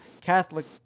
Catholic